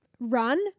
Run